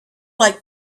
like